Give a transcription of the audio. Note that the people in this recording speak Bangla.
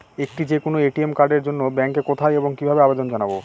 একটি যে কোনো এ.টি.এম কার্ডের জন্য ব্যাংকে কোথায় এবং কিভাবে আবেদন জানাব?